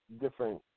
different